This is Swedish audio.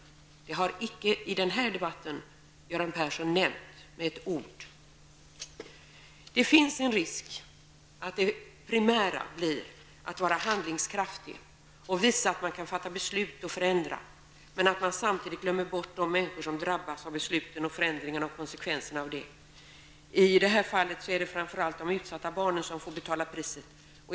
Om detta har i den här debatten, Göran Persson, icke nämnts ett ord. Det finns en risk för att det primära blir att vara handlingskraftig och visa att man kan fatta beslut och genomföra förändringar, samtidigt som man glömmer bort de människor som drabbas av besluten om förändringar och konsekvenserna av dessa. I det här fallet är det speciellt de utsatta barnen som får betala priset.